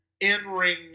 in-ring